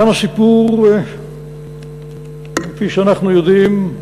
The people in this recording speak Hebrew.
כאן הסיפור, כפי שאנחנו יודעים,